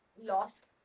lost